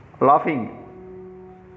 laughing